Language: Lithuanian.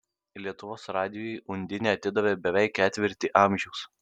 lietuvos radijui undinė atidavė beveik ketvirtį amžiaus